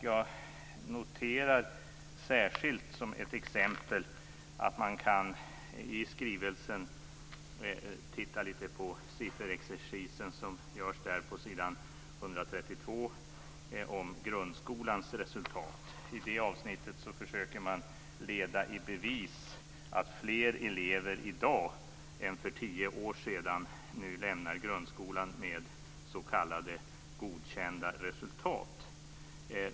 Jag noterar särskilt som ett exempel den sifferexercis som görs på s. 132 om grundskolans resultat. I det avsnittet försöker man leda i bevis att fler elever i dag än för tio år sedan lämnar grundskolan med s.k. godkända resultat.